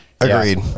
Agreed